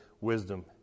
wisdom